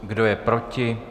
Kdo je proti?